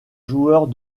joueurs